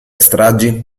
stragi